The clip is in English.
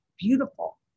beautiful